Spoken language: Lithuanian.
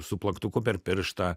su plaktuku per pirštą